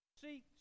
See